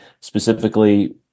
specifically